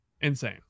Insane